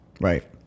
Right